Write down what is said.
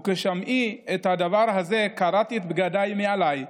וכשמעי את הדבר הזה קרעתי את בגדי ומעילי,